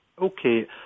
Okay